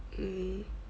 mm